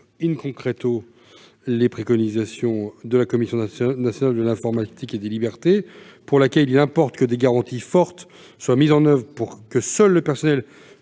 traduire les préconisations de la Commission nationale de l'informatique et des libertés, pour laquelle « il importe que, d'une part, des garanties fortes soient mises en oeuvre pour que seul le personnel